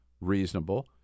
Reasonable